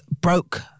broke